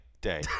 day